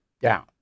down